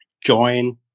Join